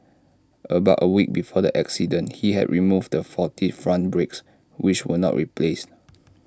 about A week before the accident he had removed the faulty front brakes which were not replaced